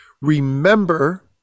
Remember